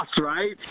right